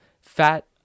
fat